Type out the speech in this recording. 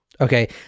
Okay